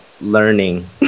learning